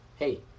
Hey